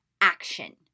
action